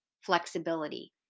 flexibility